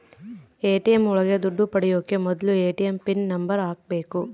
ATM ಒಳಗ ದುಡ್ಡು ಪಡಿಯೋಕೆ ಮೊದ್ಲು ಎ.ಟಿ.ಎಂ ಪಿನ್ ನಂಬರ್ ಹಾಕ್ಬೇಕು